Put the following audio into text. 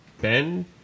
Ben